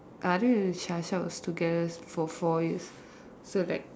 I think with Shasha was together for four years so like